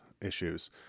issues